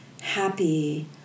happy